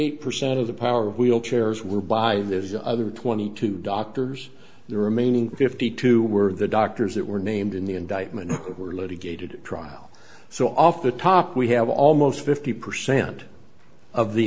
eight percent of the power of wheelchairs were by those other twenty two doctors the remaining fifty two were the doctors that were named in the indictment were litigated trial so off the top we have almost fifty percent of the